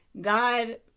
God